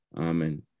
Amen